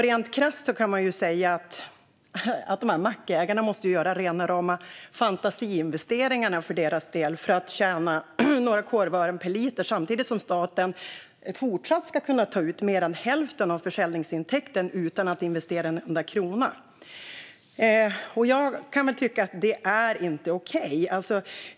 Rent krasst kan man säga att mackägarna måste göra rena rama fantasiinvesteringarna för deras del för att tjäna några korvören per liter, samtidigt som staten fortsatt kan ta ut mer än hälften av försäljningsintäkten utan att investera en enda krona. Jag tycker inte att det är okej.